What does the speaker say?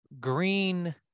green